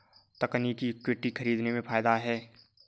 तकनीकी इक्विटी खरीदने में फ़ायदा है